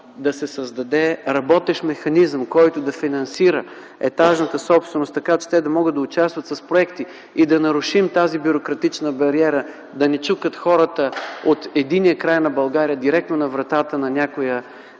да се създаде работещ механизъм, който да финансира етажната собственост, за да могат да участват с проекти и да нарушим бюрократичната бариера – да не чукат хората от единия край на България директно на вратата на някоя стая